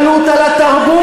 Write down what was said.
אין לכם בעלות על התרבות,